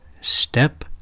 step